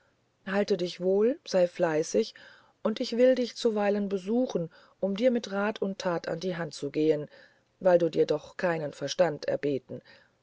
halt dich wohl sei fleißig und ich will dich zuweilen besuchen und dir mit rat und tat an die hand gehen weil du dir doch keinen verstand erbeten